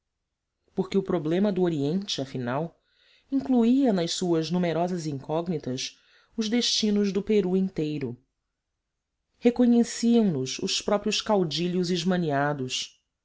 porque o problema do oriente afinal incluía nas suas numerosas incógnitas os destinos do peru inteiro reconheciam no os próprios caudilhos esmaniados